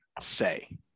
say